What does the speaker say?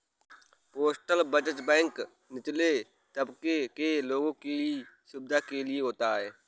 postal बचत bank निचले तबके के लोगों की सुविधा के लिए होता है